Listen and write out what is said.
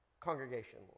congregation